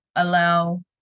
allow